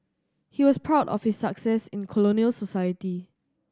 he was proud of his success in colonial society